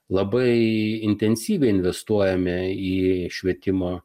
labai intensyviai investuojame į švietimo